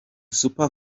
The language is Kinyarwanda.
super